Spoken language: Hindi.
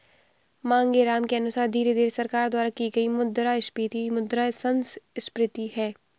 मांगेराम के अनुसार धीरे धीरे सरकार द्वारा की गई मुद्रास्फीति मुद्रा संस्फीति है